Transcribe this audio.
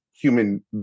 Human